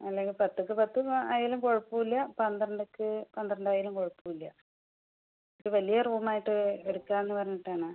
അല്ലെങ്കിൽ പത്തുക്കു പത്തുകാ ആയാലും കൊഴപ്പമില്ല പന്ത്രണ്ടുക്ക് പന്ത്രണ്ട് ആയാലും കൊഴപ്പമില്ല ഇത്തിരി വലിയ റൂമായിട്ട് എടുക്കാമെന്നു പറഞ്ഞിട്ടാണ്